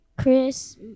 Chris